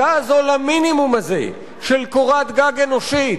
למינימום הזה, של קורת גג אנושית,